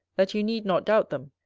that you need not doubt them.